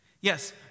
Yes